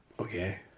Okay